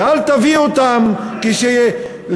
ואל תביאו אותם כשלבם